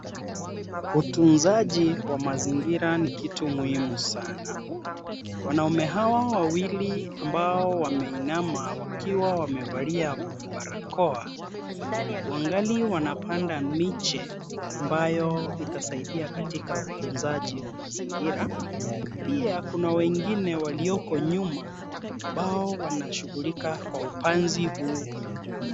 Utunzaji wa mazingira ni kitu muhimu sana. Wanaume hawa wawili ambao wameinama wakiwa wamevalia barakoa, wangali wanapanda miche ambayo itasaidia katika utunzaji wa mazingira. Pia, kuna wengine walioko nyuma, ambao wanashughulika kwa upanzi huu.